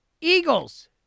Eagles